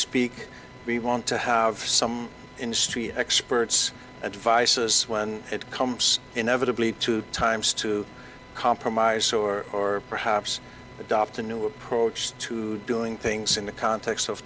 speak we want to have some in street expert's advice when it comes inevitably to times to compromise or perhaps adopt a new approach to doing things in the context of